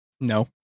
No